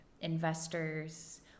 investors